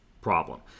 problem